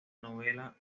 novela